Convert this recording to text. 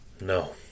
No